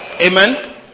amen